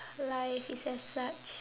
life is as such